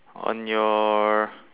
on your